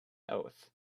oath